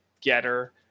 Getter